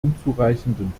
unzureichenden